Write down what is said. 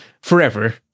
forever